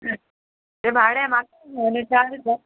तें भाडें म्हाका आनी चार जाय